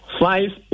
five